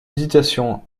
hésitation